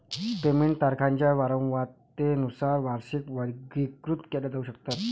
payment तारखांच्या वारंवारतेनुसार वार्षिकी वर्गीकृत केल्या जाऊ शकतात